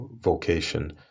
vocation